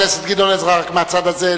חבר הכנסת גדעון עזרא, בבקשה, אך בצד הזה.